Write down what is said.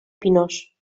pinós